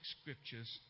scriptures